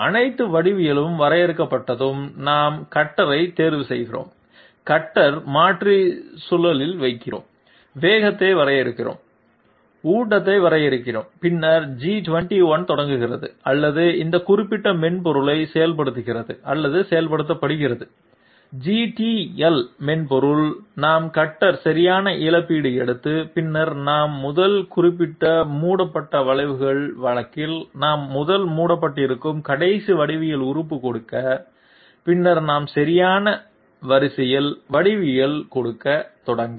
அனைத்து வடிவவியலும் வரையறுக்கப்பட்டதும் நாம் கட்டரைத் தேர்வு செய்கிறோம் கட்டரை மாற்றி சுழலில் வைக்கிறோம் வேகத்தை வரையறுக்கிறோம் ஊட்டத்தை வரையறுக்கிறோம் பின்னர் G21 தொடங்குகிறது அல்லது இந்த குறிப்பிட்ட மென்பொருளை செயல்படுத்துகிறது அல்லது செயல்படுத்துகிறது GTL மென்பொருள் நாம் கட்டர் சரியான இழப்பீடு எடுத்து பின்னர் நாம் முதல் குறிப்பிட மூடப்பட்ட வளைவுகள் வழக்கில் நாம் முதல் மூடப்பட்டிருக்கும் கடைசி வடிவியல் உறுப்பு கொடுக்க பின்னர் நாம் சரியான வரிசையில் வடிவியல் கொடுக்க தொடங்க